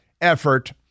effort